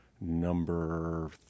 number